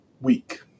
week